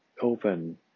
open